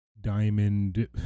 Diamond